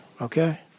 Okay